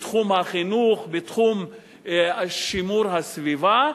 בתחום החינוך, בתחום שימור הסביבה,